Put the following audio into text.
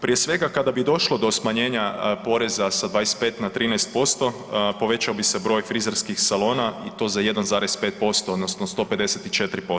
Prije svega, kada bi došlo do smanjenja poreza sa 25 na 13%, povećao bi se broj frizerskih salona i to za 1,5% odnosno 154%